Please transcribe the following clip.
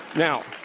now,